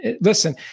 listen